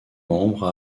membre